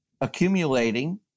accumulating